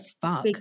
fuck